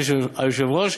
אדוני היושב-ראש,